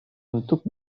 untuk